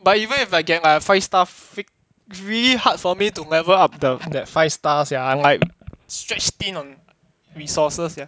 but even if I get a like five star frick~ really hard for me to level up the that five star sia like streak need resources sia